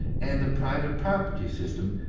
and the private property system,